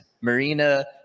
Marina